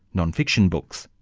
non-fiction books?